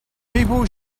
people